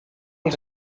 els